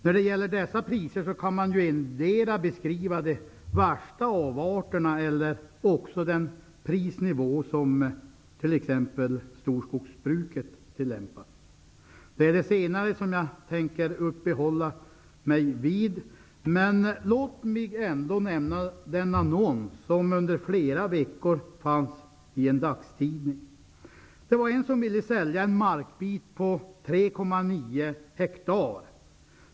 När det gäller dessa priser kan man antingen beskriva de värsta avarterna eller också den prisnivå som t.ex. storskogsbruket tillämpar. Jag tänker uppehålla mig vid det senare. Låt mig ändå nämna den annons som under flera veckor fanns i en dagstidning. Det var någon som ville sälja en markbit på 3,9 hektar.